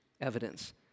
evidence